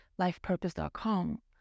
lifepurpose.com